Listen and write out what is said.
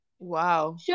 Wow